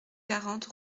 quarante